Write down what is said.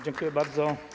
Dziękuję bardzo.